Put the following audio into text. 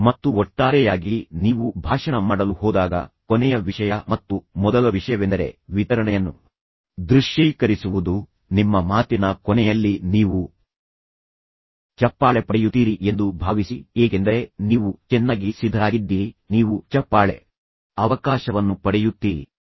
ಮತ್ತು ಒಟ್ಟಾರೆಯಾಗಿ ನೀವು ಭಾಷಣ ಮಾಡಲು ಹೋದಾಗ ಕೊನೆಯ ವಿಷಯ ಮತ್ತು ಮೊದಲ ವಿಷಯವೆಂದರೆ ವಿತರಣೆಯನ್ನು ದೃಶ್ಯೀಕರಿಸುವುದು ನಿಮ್ಮ ಮಾತಿನ ಕೊನೆಯಲ್ಲಿ ನೀವು ಚಪ್ಪಾಳೆ ಪಡೆಯುತ್ತೀರಿ ಎಂದು ಭಾವಿಸಿ ಏಕೆಂದರೆ ನೀವು ಚೆನ್ನಾಗಿ ಸಿದ್ಧರಾಗಿದ್ದೀರಿ ನೀವು ಚಪ್ಪಾಳೆ ಅವಕಾಶವನ್ನು ಪಡೆಯುತ್ತೀರಿ ಎಂದು ಭಾವಿಸಿ